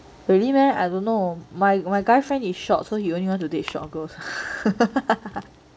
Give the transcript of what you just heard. really meh I don't know my my guy friend is short so he only want to date short girls